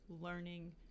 learning